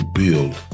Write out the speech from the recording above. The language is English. build